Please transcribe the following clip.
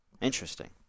Interesting